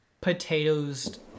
potatoes